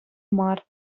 мар